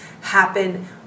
happen